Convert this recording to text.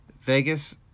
Vegas